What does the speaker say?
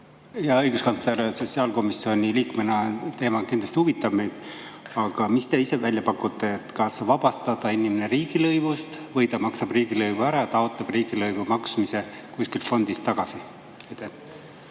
Hea õiguskantsler! Sotsiaalkomisjoni liikmeid see teema kindlasti huvitab. Aga mis te ise välja pakute? Kas vabastada inimene riigilõivust või ta maksab riigilõivu ära ja taotleb riigilõivu maksmist kuskilt fondist tagasi?